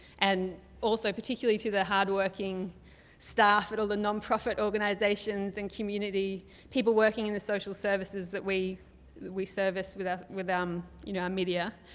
and also particularly to the hard working staff at all the non-profit organizations and community people working in the social services that we we service with ah with um you know our media.